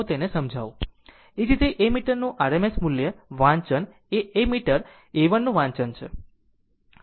તો એ જ રીતે એમીટરનું RMS મૂલ્ય વાંચન એ એમીટર A 1 નું વાંચન છે